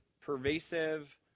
pervasive